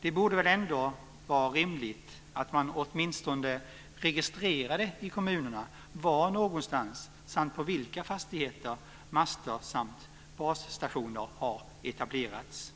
Det borde väl ändå vara rimligt att man åtminstone registrerade i kommunerna var någonstans, samt på vilka fastigheter, master och basstationer har etablerats.